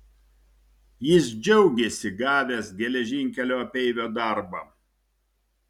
jis džiaugėsi gavęs geležinkelio apeivio darbą